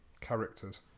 Characters